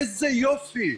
איזה יופי,